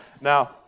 Now